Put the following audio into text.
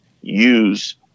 use